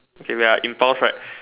okay wait ah impulse right